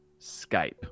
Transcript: Skype